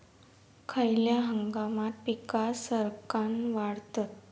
खयल्या हंगामात पीका सरक्कान वाढतत?